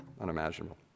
unimaginable